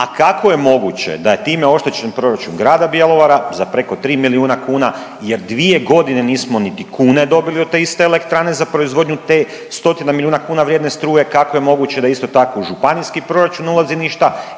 a kako je moguće da je time oštećen proračun Grada Bjelovara za preko tri milijuna kuna jer dvije godine nismo niti kune dobili od te iste elektrane za proizvodnju te stotinu milijuna kuna vrijedne struje? Kako je moguće da da isto tako u županijski proračun ne ulazi ništa